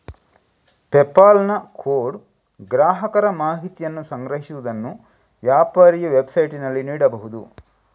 PayPal ನ code ಗ್ರಾಹಕರ ಮಾಹಿತಿಯನ್ನು ಸಂಗ್ರಹಿಸುವುದನ್ನು ವ್ಯಾಪಾರಿಯ ವೆಬ್ಸೈಟಿನಲ್ಲಿ ನೀಡಬಹುದು